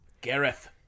Gareth